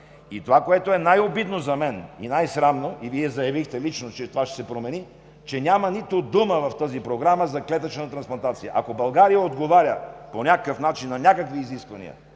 Това, което е най-обидно и най-срамно за мен, Вие заявихте лично, че това ще се промени, е, че няма нито дума в тази програма за клетъчната трансплантация. Ако България отговаря по някакъв начин на някакви изисквания